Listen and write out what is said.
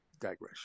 digression